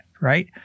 right